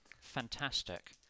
Fantastic